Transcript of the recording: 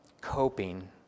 coping